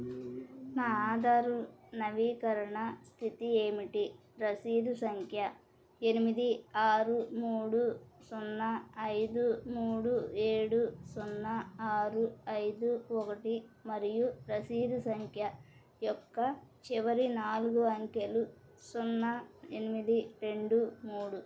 నా ఆధారు నవీకరణ స్థితి ఏమిటి రసీదు సంఖ్య ఎనిమిది ఆరు మూడు సున్నా ఐదు మూడు ఏడు సున్నా ఆరు ఐదు ఒకటి మరియు రసీదు సంఖ్య యొక్క చివరి నాలుగు అంకెలు సున్నా ఎనిమిది రెండూ మూడు